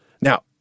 Now